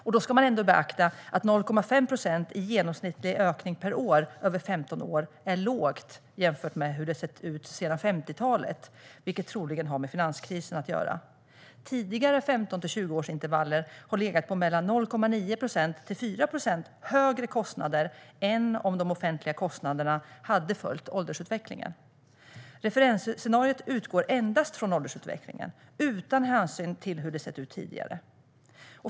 Och då ska man ändå beakta att 0,5 procent i genomsnittlig ökning per år över 15 år är lågt jämfört med hur det har sett ut sedan 50-talet, vilket troligen har med finanskrisen att göra. Tidigare 15-20-årsintervaller har legat på mellan 0,9 procent och 4 procent högre kostnader än om de offentliga kostnaderna hade följt åldersutvecklingen. Referensscenariot utgår endast från åldersutvecklingen, utan hänsyn till hur det har sett ut tidigare.